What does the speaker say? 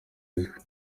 izwi